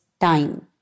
time